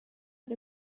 had